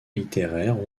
littéraires